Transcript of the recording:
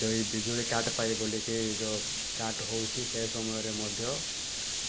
ଯେଉଁ ଏଇ ବିଜୁଳିକାଟ୍ ପାଇଁ ବୋଲିକି ଯେଉଁ କାଟ୍ ହେଉଛି ସେ ସମୟରେ ମଧ୍ୟ